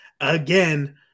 again